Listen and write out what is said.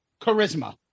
Charisma